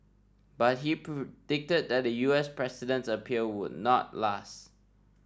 but he predicted that the U S president's appeal would not last